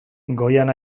goian